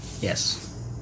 Yes